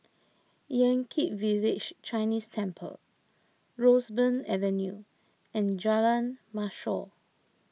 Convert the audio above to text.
Yan Kit Village Chinese Temple Roseburn Avenue and Jalan Mashor